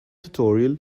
tutorial